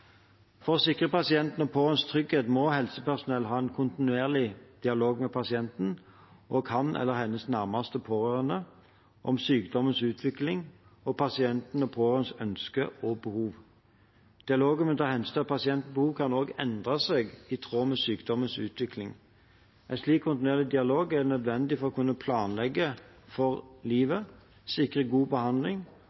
For å sikre pasientenes og pårørendes trygghet må helsepersonell ha en kontinuerlig dialog med pasienten og hans eller hennes nærmeste pårørende om sykdommens utvikling og pasientens og pårørendes ønsker og behov. Dialogen må ta hensyn til at pasientens behov kan endre seg i tråd med sykdommens utvikling. En slik kontinuerlig dialog er nødvendig for å kunne planlegge for